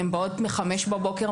הן באות מחמש בבוקר,